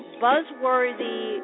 buzzworthy